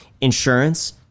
insurance